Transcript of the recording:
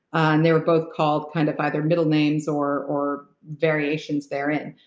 and they were both called kind of by their middle names or or variations therein.